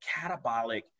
catabolic